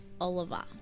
Oliver